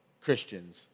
Christians